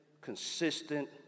Consistent